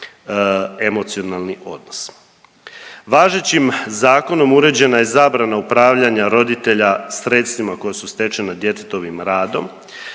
emocionalni odnos. Važećim zakonom uređena je zabrana upravljanja roditelja sredstvima koja su stečena djetetovim radom.